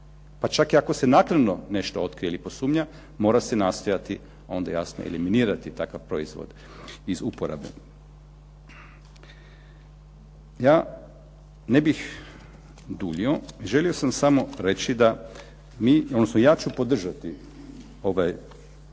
Pa čak i ako se naknadno nešto otkrije i posumnja, mora se nastojati onda jasno i eliminirati takav proizvod iz uporabe. Ja ne bih duljio. Želio sam samo reći, odnosno ja ću podržati ovaj prijedlog